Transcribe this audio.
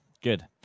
Good